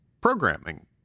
programming